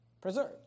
preserved